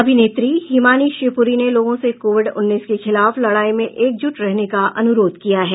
अभिनेत्री हिमानी शिवपुरी ने लोगों से कोविड उन्नीस के खिलाफ लडाई में एकजुट रहने का अनुरोध किया है